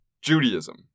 Judaism